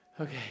Okay